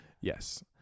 yes